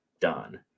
done